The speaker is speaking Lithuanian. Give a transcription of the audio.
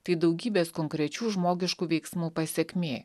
tai daugybės konkrečių žmogiškų veiksmų pasekmė